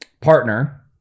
partner